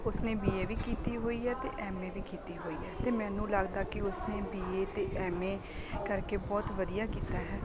ਉਸਨੇ B A ਵੀ ਕੀਤੀ ਹੋਈ ਹੈ ਅਤੇ ਐਮ ਏ ਵੀ ਕੀਤੀ ਹੋਈ ਹੈ ਅਤੇ ਮੈਨੂੰ ਲੱਗਦਾ ਕਿ ਉਸਨੇ ਬੀ ਏ ਅਤੇ ਐਮ ਏ ਕਰਕੇ ਬਹੁਤ ਵਧੀਆ ਕੀਤਾ ਹੈ